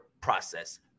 process